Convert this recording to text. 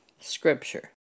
scripture